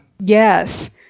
Yes